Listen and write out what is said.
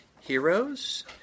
heroes